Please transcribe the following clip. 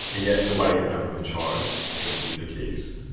and yet nobody has ever been charged in either case.